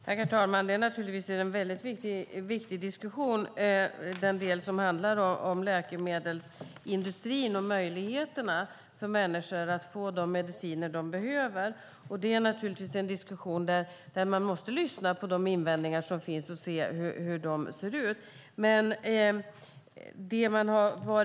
Herr talman! Naturligtvis är det en viktig diskussion med den del som handlar om läkemedelsindustrin och möjligheterna för människor att få de mediciner de behöver. Det är en diskussion där man naturligtvis måste lyssna på de invändningar som finns och se hur de ser ut.